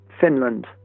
Finland